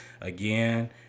again